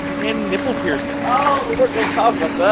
and nipple piercings oh, we weren't gonna talk about those